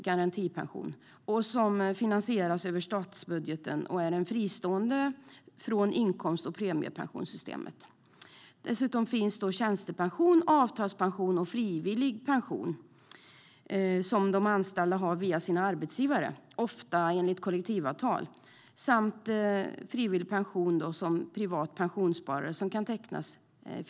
Den finansieras genom statsbudgeten och är fristående från inkomst och premiepensionssystemet. Dessutom finns tjänstepension och avtalspension som de anställda har via sina arbetsgivare, ofta enligt kollektivavtal. Utöver detta finns frivillig pension, vilket kan tecknas av en privat pensionssparare.